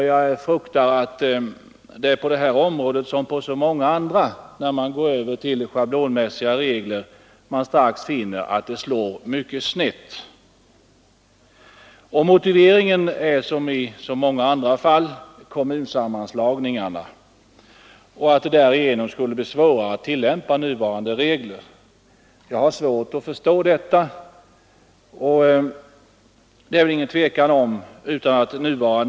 Jag fruktar att man på det här området, som på så många andra, när man går över till schablonmässiga regler strax finner att de slår mycket snett. Motiveringen är som så ofta numera kommunsammanslagningarna, som skulle göra det svårare att tillämpa nuvarande regler. Jag kan inte riktigt förstå detta. Verksamheten på det här området bedrivs ju på samma sätt som hittills.